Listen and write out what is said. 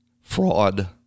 fraud